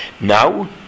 Now